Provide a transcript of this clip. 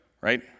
right